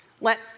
Let